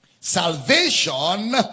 Salvation